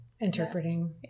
interpreting